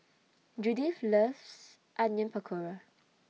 Judith loves Onion Pakora